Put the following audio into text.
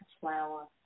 flower